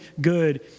good